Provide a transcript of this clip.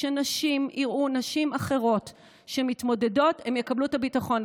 כשנשים יראו נשים אחרות מתמודדות הן יקבלו את הביטחון.